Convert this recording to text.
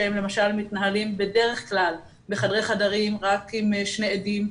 שהם למשל מתנהלים בדרך כלל בחדרי חדרים רק עם שני עדים,